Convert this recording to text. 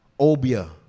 Obia